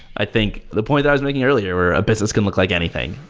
i think the point i was making earlier where a business can look like anything,